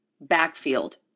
backfield